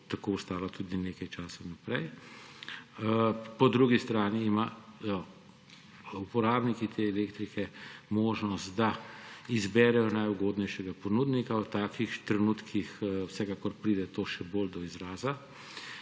tako ostalo tudi nekaj časa naprej. Po drugi strani imajo uporabniki elektrike možnost, da izberejo najugodnejšega ponudnika. V takih trenutkih vsekakor pride to še bolj do izraza.